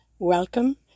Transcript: Welcome